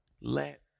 let